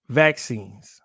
vaccines